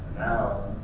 now,